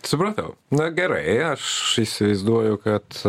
supratau na gerai aš įsivaizduoju kad